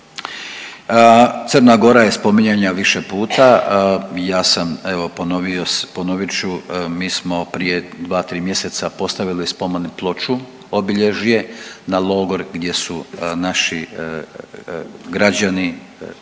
Crna Gora je spominjana više puta, ja sam evo ponovo, evo ponovit ću mi smo prije 2-3 mjeseca postavili spomen ploču, obilježje na logor gdje su naši građani,